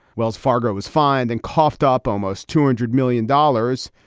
wells fargo was fined and coughed up almost two hundred million dollars.